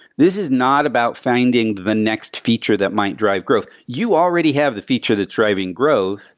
this is not about finding the next feature that might drive growth. you already have the feature that's driving growth,